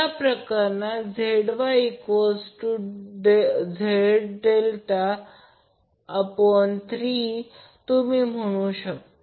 त्या प्रकरणात ZYZ∆3 तुम्ही म्हणू शकता